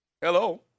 Hello